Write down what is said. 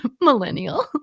millennial